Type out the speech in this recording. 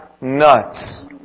nuts